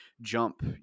jump